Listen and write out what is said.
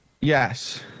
Yes